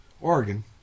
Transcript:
Oregon